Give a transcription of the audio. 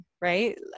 right